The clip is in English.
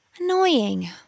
Annoying